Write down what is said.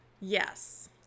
Yes